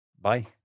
Bye